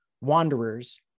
wanderers